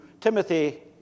Timothy